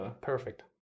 perfect